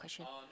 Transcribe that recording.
question